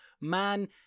Man